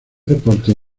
deportes